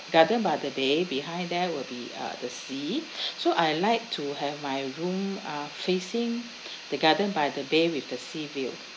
garden by the bay behind there will be uh the sea so I'd like to have my room uh facing the garden by the bay with the sea view